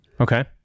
Okay